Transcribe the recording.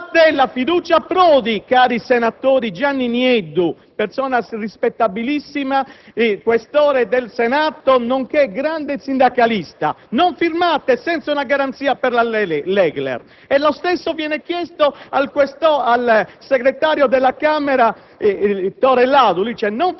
Che il segretario provinciale dei DS dice: non votare la fiducia a Prodi, caro senatore Gianni Nieddu, persona rispettabilissima, questore del Senato, nonché grande sindacalista; non firmare senza una garanzia per la Legrer. E lo stesso